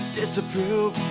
disapprove